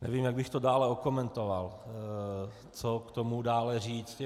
Nevím, jak bych to dále okomentoval, co k tomu dále říci.